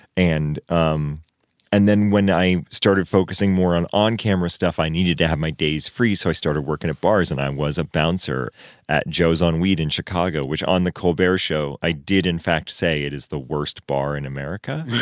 and um and then when i started focusing more on on-camera stuff, i needed to have my days free, so i started working at bars. and i was a bouncer at joe's on weed in chicago, which on the colbert show, i did, in fact, say it is the worst bar in america